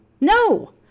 no